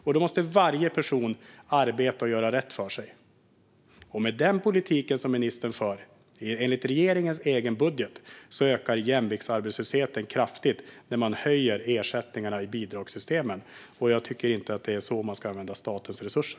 Då måste varje person arbeta och göra rätt för sig. Med den politik som ministern för och enligt regeringens egen budget ökar jämviktsarbetslösheten kraftigt när man höjer ersättningarna i bidragssystemen. Jag tycker inte att det är så man ska använda statens resurser.